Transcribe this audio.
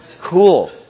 cool